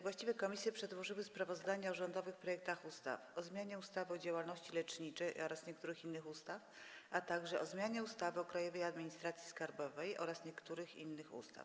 Właściwe komisje przedłożyły sprawozdania o rządowych projektach ustaw: - o zmianie ustawy o działalności leczniczej oraz niektórych innych ustaw, - o zmianie ustawy o Krajowej Administracji Skarbowej oraz niektórych innych ustaw.